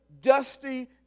dusty